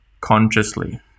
consciously